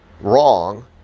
wrong